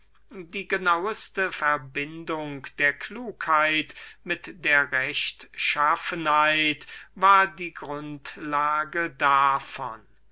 die genaueste verbindung der klugheit mit der rechtschaffenheit war die seele davon